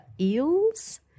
eels